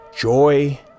Joy